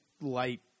light